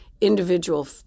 individual